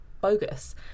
bogus